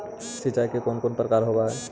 सिंचाई के कौन कौन प्रकार होव हइ?